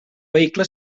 vehicle